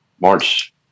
March